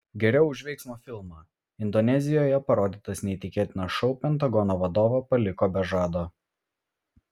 geriau už veiksmo filmą indonezijoje parodytas neįtikėtinas šou pentagono vadovą paliko be žado